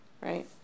right